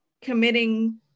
committing